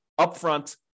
upfront